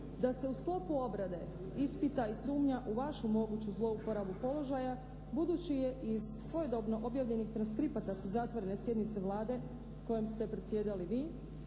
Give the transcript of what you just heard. da se u sklopu obrade ispita i sumnja u vašu moguću zlouporabu položaja budući je iz svojedobno objavljenih transkripata sa zatvorene sjednice Vlade kojom ste predsjedali vi